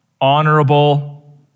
honorable